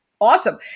Awesome